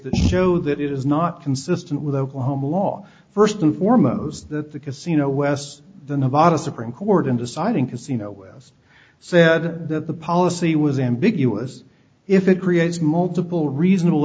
to show that it is not consistent with oklahoma law first and foremost that the casino west the nevada supreme court in deciding casino west said that the policy was ambiguous if it creates multiple reasonable